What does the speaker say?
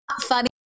funny